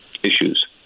issues